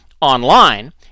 online